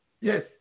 Yes